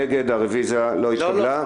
נגד- 10. הרביזיה לא התקבלה.